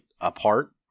apart